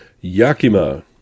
Yakima